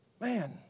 Man